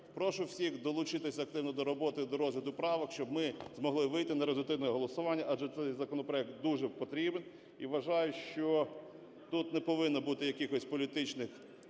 прошу всіх долучитися активно до роботи, до розгляду правок, щоб ми змогли вийти на результативне голосування, адже цей законопроект дуже потрібен. І вважаю, що тут не повинно бути якихось політичних